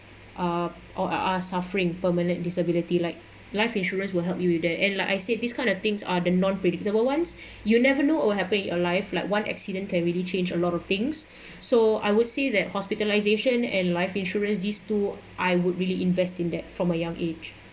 uh or or are suffering permanent disability like life insurance will help you with that and like I say these kind of things are the non predictable ones you'll never know what will happen you alive like one accident can really change a lot of things so I would say that hospitalisation and life insurance these two I would really invest in that from a young age